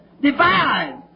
divide